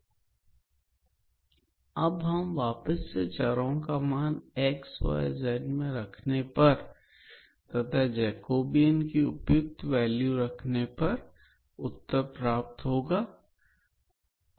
अतः इस तरह हमने देखा की चरों को प्रतिस्थापित करने पर तथा जैकोबिन की उपयुक्त वैल्यू रखने से इंटीग्रल करना कुछ आसान हो जाएगा